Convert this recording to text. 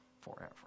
forever